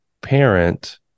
parent